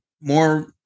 more